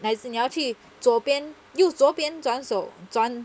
还是你要去左边右左边转手转